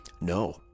No